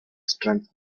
strength